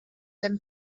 dem